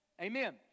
amen